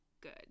good